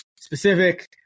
specific